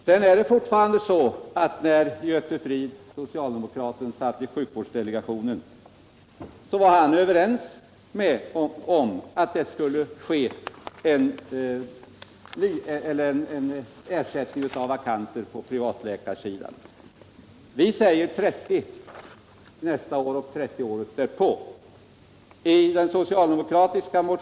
Jag vill upprepa att socialdemokraten Göte Fridh när han satt i sjukvårdsdelegationen uttalade sig för att det skulle bli en ersättning av vakanser på privatläkarsidan. Vi säger 30 nästa år och 30 året därpå.